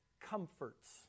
comforts